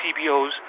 CBOs